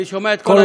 אני שומע מפה.